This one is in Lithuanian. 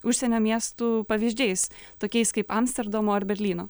užsienio miestų pavyzdžiais tokiais kaip amsterdamo ar berlyno